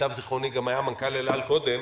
שלמיטב זיכרוני גם היה מנכ"ל אל-על קודם.